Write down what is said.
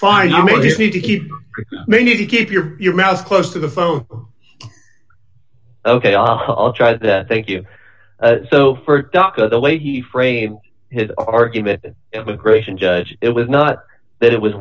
fire you need to keep may need to keep your your mouth close to the phone ok i'll try that thank you so for daca the leahy frame his argument immigration judge it was not that it was